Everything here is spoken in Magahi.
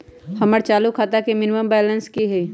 हमर चालू खाता के मिनिमम बैलेंस कि हई?